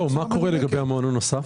זהו, מה קורה לגבי המעון הנוסף?